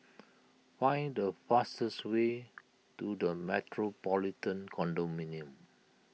find the fastest way to the Metropolitan Condominium